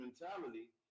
mentality